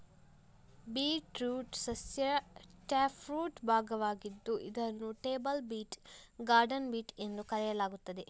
beetroot ಸಸ್ಯ taproot ಭಾಗವಾಗಿದ್ದು ಇದನ್ನು ಟೇಬಲ್ ಬೀಟ್, ಗಾರ್ಡನ್ ಬೀಟ್ ಎಂದು ಕರೆಯಲಾಗುತ್ತದೆ